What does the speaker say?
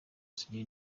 sugira